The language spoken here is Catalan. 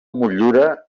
motllura